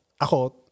Ako